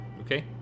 Okay